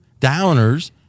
downers